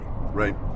right